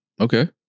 Okay